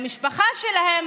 למשפחה שלהם,